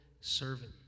servant